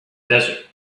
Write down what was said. desert